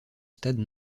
stade